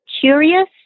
curious